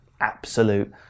absolute